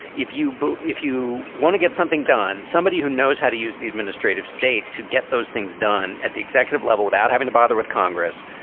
if you boot, if you want to get something done, somebody who knows how to use the administrative state to get those things done at the executive level without having to bother with congress,